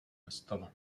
nestalo